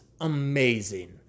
amazing